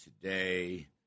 today